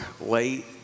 late